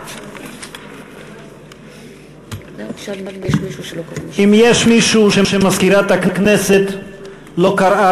נוכחת אם יש מישהו שמזכירת הכנסת לא קראה